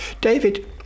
David